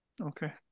Okay